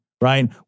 right